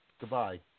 goodbye